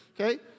Okay